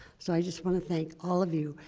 so i just want to thank all of you,